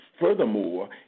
furthermore